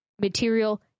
material